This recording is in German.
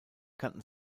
kannten